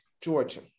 Georgia